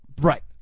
Right